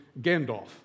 Gandalf